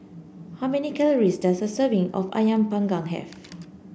how many calories does a serving of ayam panggang have